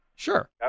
Sure